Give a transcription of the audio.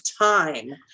time